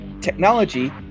technology